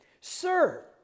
Sir